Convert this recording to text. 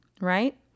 right